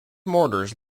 mortars